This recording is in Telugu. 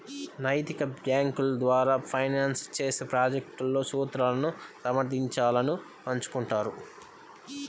నైతిక బ్యేంకుల ద్వారా ఫైనాన్స్ చేసే ప్రాజెక్ట్లలో సూత్రాలను సమర్థించాలను పంచుకుంటారు